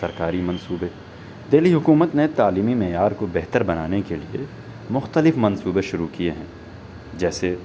سرکاری منصوبے دہلی حکومت نے تعلیمی معیار کو بہتر بنانے کے لیے مختلف منصوبے شروع کیے ہیں جیسے